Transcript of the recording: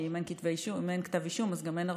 כי אם אין כתב אישום אז גם אין הרשעה.